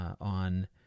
on